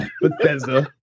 Bethesda